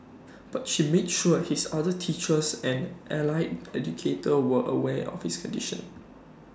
but she made sure his other teachers and allied educator were aware of his condition